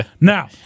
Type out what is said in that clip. Now